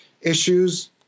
issues